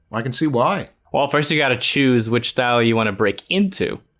i can see why well first you got to choose which style you want to break into